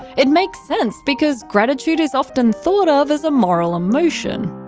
it makes sense because gratitude is often thought of as a moral emotion.